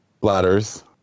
bladders